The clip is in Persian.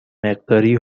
مقداری